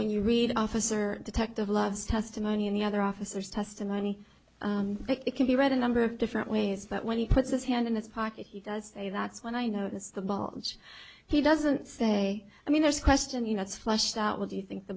when you read officer detective love's testimony and the other officers testimony it can be read a number of different ways that when he puts his hand in his pocket he does say that's when i notice the ball he doesn't say i mean there's a question you know it's flushed out what do you think the